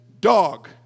dog